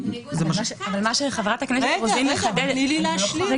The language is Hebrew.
מה שחברת הכנסת רוזין מחדדת זה